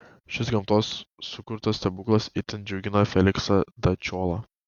šis gamtos sukurtas stebuklas itin džiugina feliksą dačiolą